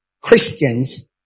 Christians